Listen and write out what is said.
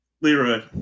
Leroy